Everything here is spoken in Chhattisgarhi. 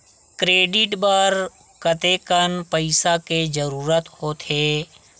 क्रेडिट बर कतेकन पईसा के जरूरत होथे?